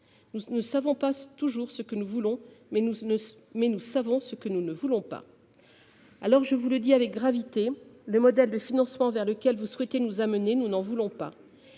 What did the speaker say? Nous ne savons pas toujours ce que nous voulons, mais nous savons ce que nous ne voulons pas ! Alors, je vous le dis avec gravité, le modèle de financement vers lequel vous souhaitez nous emmener, nous n'en voulons pas